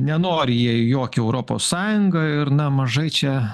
nenori jie į jokią europos sąjungą ir na mažai čia